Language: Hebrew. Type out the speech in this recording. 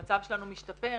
המצב שלנו משתפר,